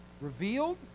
Revealed